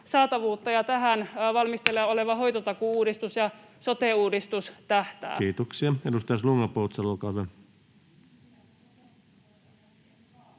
ja tähän valmisteilla oleva hoitotakuu-uudistus ja sote-uudistus tähtäävät. Kiitoksia. — Edustaja Slunga-Poutsalo, olkaa hyvä.